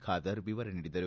ಖಾದರ್ ವಿವರ ನೀಡಿದರು